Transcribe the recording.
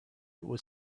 was